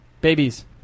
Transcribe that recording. Babies